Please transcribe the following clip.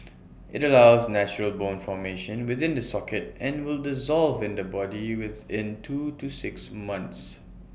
IT allows natural bone formation within the socket and will dissolve in the body within two to six months